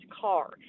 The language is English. car